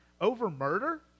over-murder